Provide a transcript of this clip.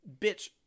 bitch